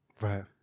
right